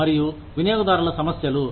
మరియు వినియోగదారుల సమస్యలు